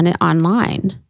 online